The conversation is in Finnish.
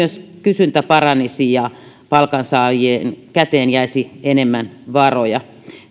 myös kysyntä paranisi ja palkansaajien käteen jäisi enemmän varoja